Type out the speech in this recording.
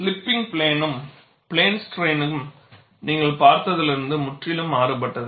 slipping பிளேன்னும் plane ஸ்ட்ரைனும் நீங்கள் பார்த்ததிலிருந்து முற்றிலும் மாறுபட்டது